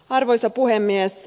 arvoisa puhemies